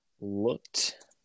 looked